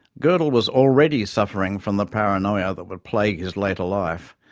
godel was already suffering from the paranoia that would plague his later life,